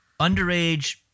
underage